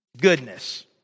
goodness